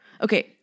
Okay